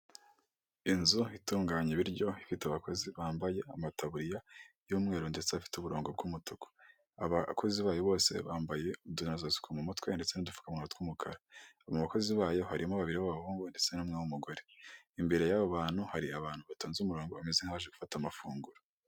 Inzu itunganya ibiryo ifite abakozi bambaye amataburiya by'umweru ndetse afite uburongo bw'umutuku, abakozi bayo bose bambaye udunozasuku mu mutwe ndetse n'dupfukamuwa tw'umukara, mu bakozi bayo harimo babiri b'abahungu ndetse n'umwe w'umugore, imbere y'abo bantu hari abantu batonze umurongo bameze nk'abaje gufata amafunguro.